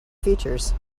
features